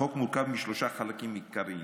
החוק מורכב משלושה חלקים עיקריים: